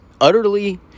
utterly